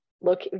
look